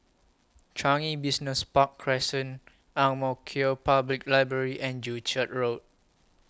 Changi Business Park Crescent Ang Mo Kio Public Library and Joo Chiat Road